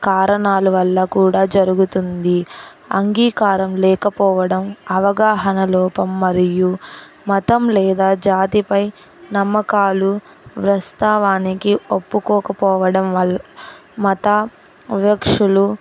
కారణాలు వల్ల కూడా జరుగుతుంది అంగీకారం లేకపోవడం అవగాహన లోపం మరియు మతం లేదా జాతిపై నమ్మకాలు వాస్తవానికి ఒప్పుకోకపోవడం వల్ల మత వివక్షలు